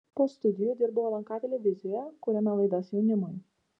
po studijų dirbau lnk televizijoje kūrėme laidas jaunimui